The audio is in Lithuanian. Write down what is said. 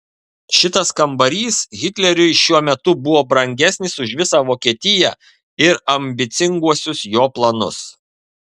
šitas kambarys hitleriui šiuo metu buvo brangesnis už visą vokietiją ir ambicinguosius jo planus